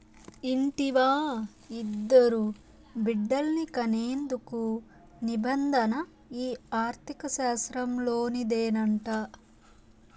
ఇంటివా, ఇద్దరు బిడ్డల్ని కనేందుకు నిబంధన ఈ ఆర్థిక శాస్త్రంలోనిదేనంట